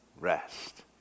rest